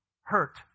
hurt